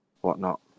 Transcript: whatnot